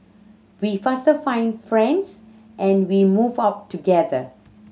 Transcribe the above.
we faster find friends and we move out together